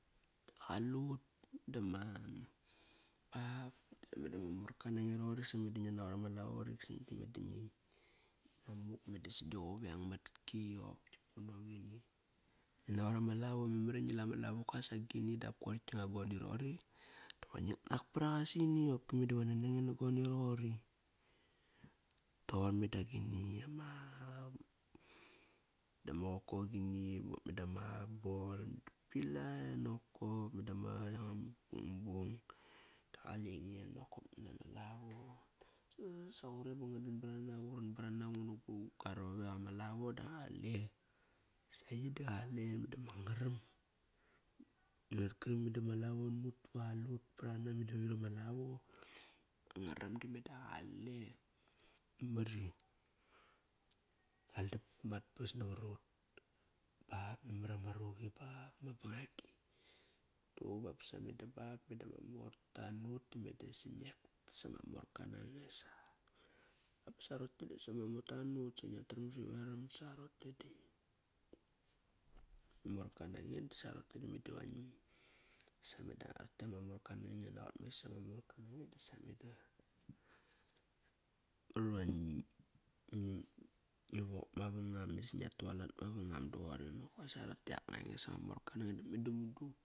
Ba qalut dama ba ba medama morka nange rogori sa nge da ngia naqot ama lavo rik san da meda nging, ngia muk, meda si gi quveng mat ki. Ngiat naqor ama lavo, memar iva ngila ma lavoka sa gini dap koir gia nga goni roqori, diva ngik nak parakga sini qopki meda va nani ange na goni roqori. Toqor meda gini ama, dama qokoqini bop mada ma bol buri pilai nokop. Meda ma yanga ma bungbung da qale nge nokop ngina ma lavo. Sa qure ba nga bar ana, urar bar ana ngu na gorovek ama lavo da qale sa yi da qale medama ngaram. Ngianaqot kari meda ma lavo nut ba qalut parana meda qari ama lavo ma ngaram meda va qale. Mari aldap mat pas navar ut ba ba memar iva ma nigi ba ba bangagi. sa meda bap basama morta nut da me dasi ngia tas iama morka nange sa. Basa rote disa ma morta nut. Sa ngia taram sa veram sa rote i dan. Morka nange dasa rote i meda va ngi sa meda rote ma morka nange, Ngiate nagot mes lama morka nange disa meda. Memar iva ngi wok mavangam isa ngia tualat mavangam doqori kosa rotei i ak nange sama morka nange da meda mudu.